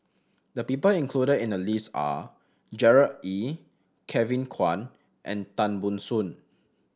the people included in the list are Gerard Ee Kevin Kwan and Tan Ban Soon